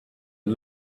and